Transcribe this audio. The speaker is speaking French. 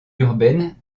urbaine